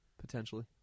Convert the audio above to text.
potentially